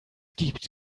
gibt